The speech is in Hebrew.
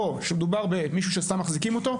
או שמדובר במישהו שסתם מחזיקים אותו.